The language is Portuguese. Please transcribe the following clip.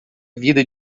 vida